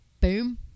Boom